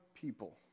people